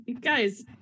Guys